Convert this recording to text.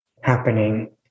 happening